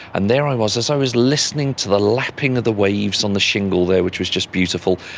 and there i was, as i was listening to the lapping of the waves on the shingle there, which was just beautiful,